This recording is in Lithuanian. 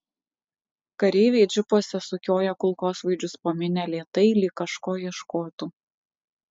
kareiviai džipuose sukioja kulkosvaidžius po minią lėtai lyg kažko ieškotų